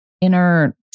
inner